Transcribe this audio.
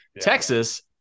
texas